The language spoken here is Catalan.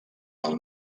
del